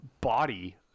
body